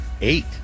eight